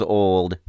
old